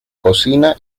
cocina